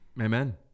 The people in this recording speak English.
Amen